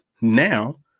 Now